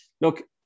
look